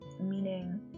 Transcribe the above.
meaning